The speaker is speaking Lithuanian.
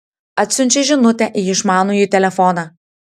atsiunčia žinutę į išmanųjį telefoną